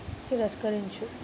తిరస్కరించు